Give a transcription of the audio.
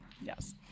yes